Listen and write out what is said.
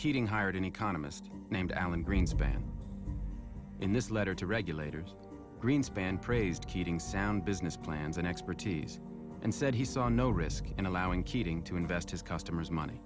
investigating him hired an economist named alan greenspan in this letter to regulators greenspan praised keating sound business plans and expertise and said he saw no risk in allowing keating to invest his customers money